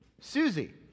Susie